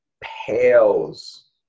pales